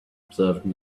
observed